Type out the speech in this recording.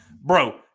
bro